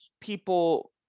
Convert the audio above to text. people